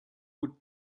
would